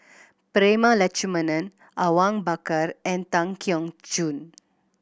Prema Letchumanan Awang Bakar and Tan Keong Choon